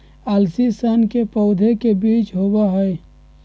अलसी सन के पौधे के बीज होबा हई